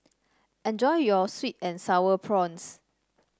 enjoy your sweet and sour prawns